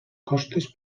costes